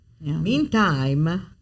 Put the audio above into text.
Meantime